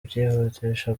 byihutisha